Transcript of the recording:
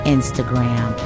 Instagram